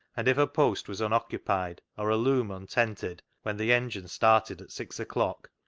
and if a post was unoccupied or a loom untented when the engine started at six o'clock,